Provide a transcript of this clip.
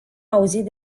auzit